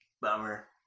Bummer